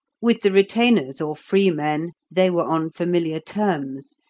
with the retainers, or free men, they were on familiar terms,